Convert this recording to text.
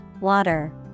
water